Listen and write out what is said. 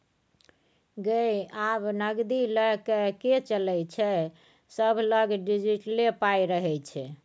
गै आब नगदी लए कए के चलै छै सभलग डिजिटले पाइ रहय छै